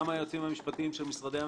וגם היועצים המשפטיים של משרדי הממשלה,